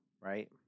right